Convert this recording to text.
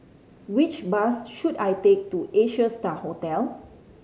which bus should I take to Asia Star Hotel